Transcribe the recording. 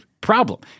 Problem